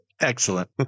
Excellent